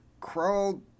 Crawled